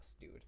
dude